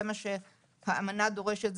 זה מה שהאמנה דורשת,